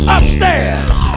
Upstairs